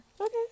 Okay